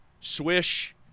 Swish